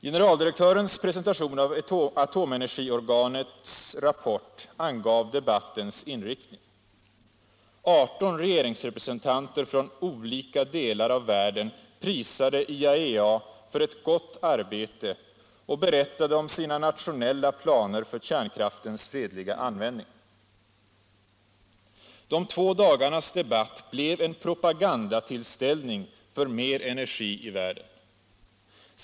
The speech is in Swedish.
Generaldirektörens presentation av atomenergiorganets rapport angav debattens inriktning. 18 regeringsrepresentanter från olika delar av världen prisade IAEA för ett gott arbete och berättade om sina nationella planer för kärnkraftens fredliga användning. De två dagarnas debatt blev en propagandatillställning för mer kärnenergi i världen.